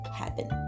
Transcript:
happen